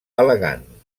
elegant